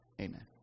Amen